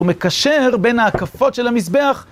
הוא מקשר בין ההקפות של המזבח